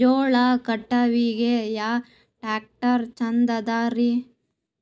ಜೋಳ ಕಟಾವಿಗಿ ಯಾ ಟ್ಯ್ರಾಕ್ಟರ ಛಂದದರಿ?